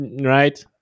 right